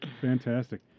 Fantastic